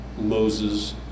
Moses